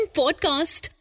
podcast